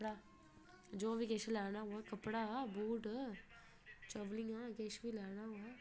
जो बी किश लैना होए कपड़ा बूट चपलियां किश बी लैना होए